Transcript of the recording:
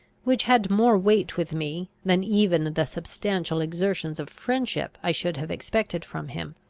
which had more weight with me, than even the substantial exertions of friendship i should have expected from him.